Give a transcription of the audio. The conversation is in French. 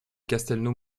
castelnau